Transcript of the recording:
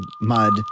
Mud